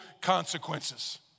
consequences